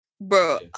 Bro